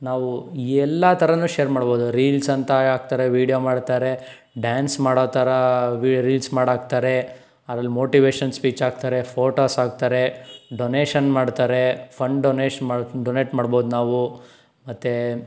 ನಾವು ಎಲ್ಲ ಥರನೂ ಶೇರ್ ಮಾಡ್ಬೋದು ರೀಲ್ಸ್ ಅಂತ ಹಾಕ್ತಾರೆ ವಿಡಿಯೋ ಮಾಡ್ತಾರೆ ಡ್ಯಾನ್ಸ್ ಮಾಡೋ ಥರ ವಿ ರೀಲ್ಸ್ ಮಾಡಾಕ್ತಾರೆ ಅದರಲ್ಲಿ ಮೊಟಿವೇಷನ್ ಸ್ಪೀಚ್ ಹಾಕ್ತಾರೆ ಫ಼ೋಟೋಸ್ ಹಾಕ್ತಾರೆ ಡೊನೇಷನ್ ಮಾಡ್ತಾರೆ ಫ಼ಂಡ್ ಡೊನೇಷ್ ಮಾ ಡೊನೇಟ್ ಮಾಡ್ಬೋದು ನಾವು ಮತ್ತೆ